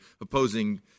opposing